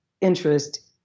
interest